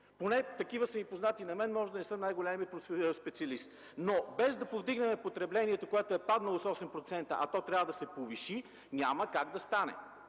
Поне такива са ми познати на мен, може да не съм най-големият специалист. Но без да повдигнем потреблението, което е паднало с 8%, а то трябва да се повиши, няма как да стане!